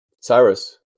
Cyrus